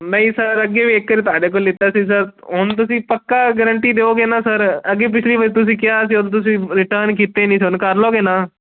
ਨਹੀਂ ਸਰ ਅੱਗੇ ਵੀ ਇੱਕ ਵਾਰੀ ਤੁਹਾਡੇ ਕੋਲ ਲਿੱਤਾ ਸੀ ਸਰ ਹੁਣ ਤੁਸੀਂ ਪੱਕਾ ਗਰੰਟੀ ਦਿਓਗੇ ਨਾ ਸਰ ਅੱਗੇ ਪਿਛਲੀ ਵਾਰੀ ਤੁਸੀਂ ਕਿਹਾ ਸੀ ਉਦੋਂ ਤੁਸੀਂ ਰਿਟਨ ਕੀਤੇ ਨਹੀਂ ਸੀ ਹੁਣ ਕਰ ਲਓਂਗੇ ਨਾ